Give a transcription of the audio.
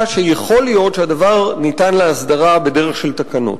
שיכול להיות שהדבר ניתן להסדרה בדרך של תקנות.